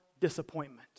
disappointment